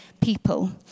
People